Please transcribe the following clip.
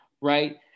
right